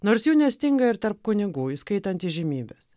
nors jų nestinga ir tarp kunigų įskaitant įžymybes